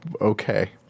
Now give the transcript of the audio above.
Okay